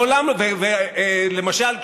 ולמשל,